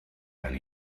and